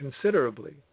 considerably